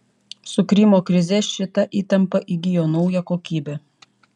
su krymo krize šita įtampa įgijo naują kokybę